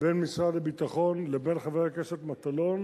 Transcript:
בין משרד הביטחון לבין חבר הכנסת מטלון